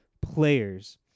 players